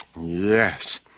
Yes